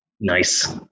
nice